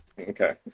Okay